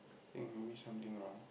I think maybe something wrong